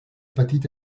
petit